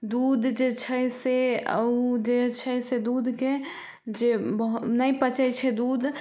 दूध जे छै से ओ जे छै से दूधके जे बहु नहि पचै छै दूध